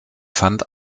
fand